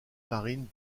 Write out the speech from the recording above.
marines